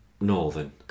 Northern